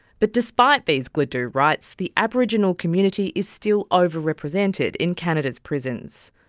but despite these gladue rights, the aboriginal community is still overrepresented in canada's prisons.